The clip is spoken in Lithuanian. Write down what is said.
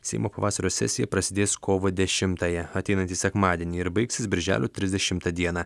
seimo pavasario sesija prasidės kovo dešimtąją ateinantį sekmadienį ir baigsis birželio trisdešimtą dieną